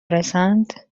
رسند